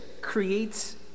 creates